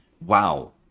wow